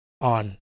on